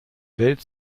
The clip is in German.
welt